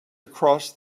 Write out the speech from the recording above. across